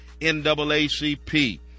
NAACP